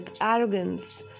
arrogance